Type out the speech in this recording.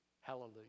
Hallelujah